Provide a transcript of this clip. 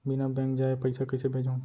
बिना बैंक जाये पइसा कइसे भेजहूँ?